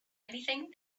anything